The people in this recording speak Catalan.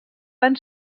van